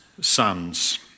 sons